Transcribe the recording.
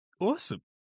awesome